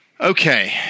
Okay